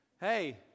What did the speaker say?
hey